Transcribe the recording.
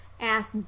ask